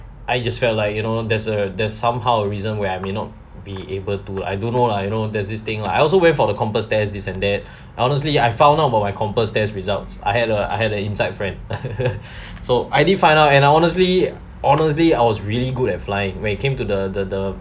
I just felt like you know there's a there's somehow a reason where I may not be able to I don't know lah you know there's this thing lah I also went for the compass test this and that honestly I found out about my compass test results I had a I had a inside friend so I did find out and I honestly honestly I was really good at flying when it came to the the the